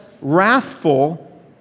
wrathful